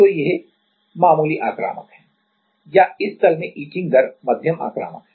तो यह मामूली आक्रामक है या इस तल में इचिंग दर मध्यम आक्रामक है